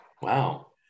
Wow